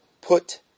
Put